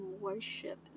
worship